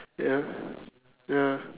ya ya